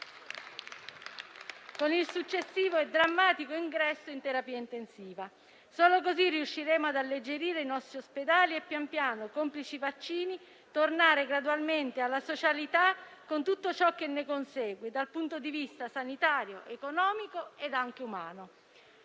con il successivo e drammatico ingresso in terapia intensiva. Solo così riusciremo ad alleggerire i nostri ospedali e pian piano, complici i vaccini, a tornare gradualmente alla socialità, con tutto ciò che ne consegue dal punto di vista sanitario, economico e anche umano.